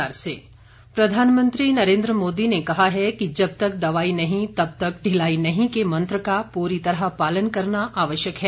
प्रधानमंत्री संबोधन प्रधानमंत्री नरेन्द्र मोदी ने कहा है कि जब तक दवाई नहीं तब तक ढिलाई नहीं के मंत्र का पूरी तरह पालन करना आवश्यक है